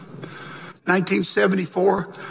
1974